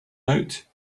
out